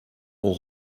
ont